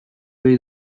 ohi